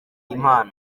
impano